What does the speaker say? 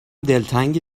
دلتنگ